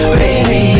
baby